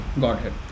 godhead